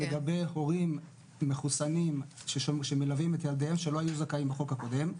לגבי הורים מחוסנים שמלווים את ילדיהם שלא היו זכאים בחוק הקודם.